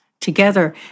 together